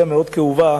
כאובה,